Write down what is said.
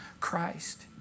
Christ